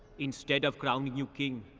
instead of crowning you king,